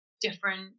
different